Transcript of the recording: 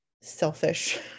selfish